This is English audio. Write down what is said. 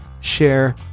share